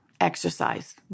Exercise